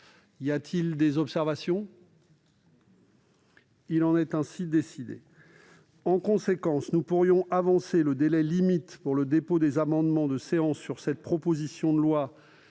Y a-t-il des observations ?... Il en est ainsi décidé. En conséquence, nous pourrions avancer le délai limite pour le dépôt des amendements de séance sur cette proposition de loi,